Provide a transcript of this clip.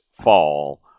fall